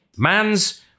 Man's